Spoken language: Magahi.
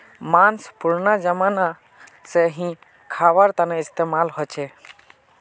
माँस पुरना ज़माना से ही ख्वार तने इस्तेमाल होचे